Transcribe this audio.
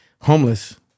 homeless